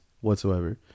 whatsoever